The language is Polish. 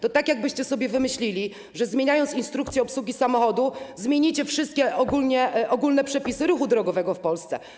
To tak, jakbyście sobie wymyślili, że zmieniając instrukcję obsługi samochodu, zmienicie wszystkie ogólne przepisy ruchu drogowego w Polsce.